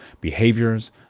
behaviors